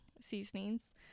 seasonings